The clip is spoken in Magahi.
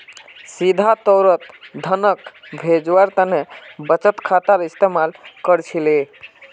सीधा तौरत धनक भेजवार तने बचत खातार इस्तेमाल कर छिले